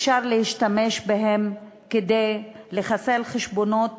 אפשר להשתמש בהן כדי לחסל חשבונות